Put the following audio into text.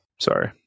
Sorry